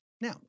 now